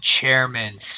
chairman